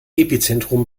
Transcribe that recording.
epizentrum